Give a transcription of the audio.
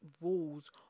rules